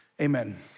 amen